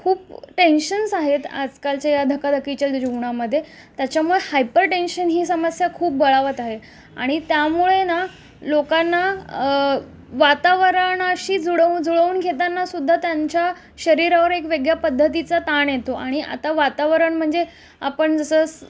खूप टेन्शन्स आहेत आजकालच्या या धकाधकीच्या जीवनामध्ये त्याच्यामुळे हायपर टेन्शन ही समस्या खूप बळावत आहे आणि त्यामुळे ना लोकांना वातावरणाशी जुळवून जुळवून घेतानासुद्धा त्यांच्या शरीरावर एक वेगळ्या पद्धतीचा ताण येतो आणि आता वातावरण म्हणजे आपण जसं